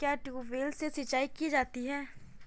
क्या ट्यूबवेल से सिंचाई की जाती है?